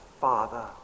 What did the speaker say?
Father